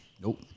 Nope